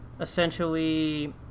essentially